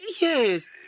Yes